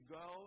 go